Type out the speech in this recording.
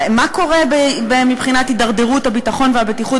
מה קורה מבחינת הידרדרות הביטחון והבטיחות